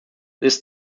this